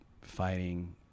fighting